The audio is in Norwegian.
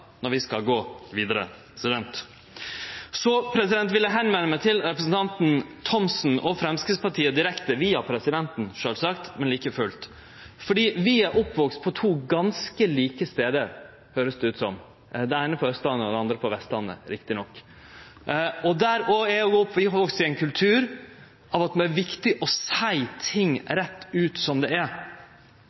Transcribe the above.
når vi skal gå vidare. Så vil eg vende meg til representanten Thomsen og Framstegspartiet direkte, via presidenten, sjølvsagt, men like fullt. Vi er oppvaksne på like stader, høyrest det ut som – den eine på Austlandet og den andre på Vestlandet, riktig nok. Eg er oppvaksen i ein kultur der det er viktig å seie ting rett ut som det er.